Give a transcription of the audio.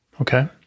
Okay